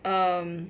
um